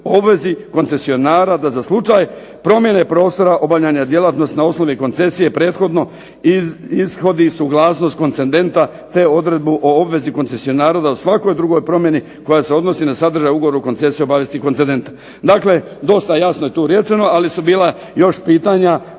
obvezi koncesionara da za slučaj promjene prostora obavljanja djelatnosti na osnovi koncesije prethodno ishodi suglasnost koncendenta te odredbu o obvezi koncesionara da o svakoj drugoj promjeni koja se održi na sadržaj ugovora o koncesiji obavijesti koncendenta. Dakle, dosta jasno je tu rečeno ali su bila još pitanja